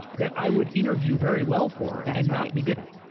that i would interview very well for and not be good at.